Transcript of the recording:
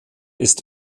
ist